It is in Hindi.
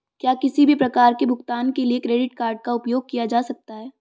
क्या किसी भी प्रकार के भुगतान के लिए क्रेडिट कार्ड का उपयोग किया जा सकता है?